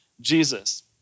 Jesus